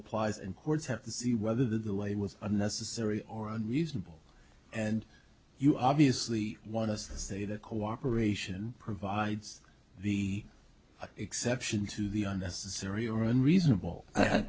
applies and courts have to see whether the way was unnecessary or unreasonable and you obviously want us to say that cooperation provides the exception to the unnecessary or unreasonable